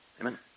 Amen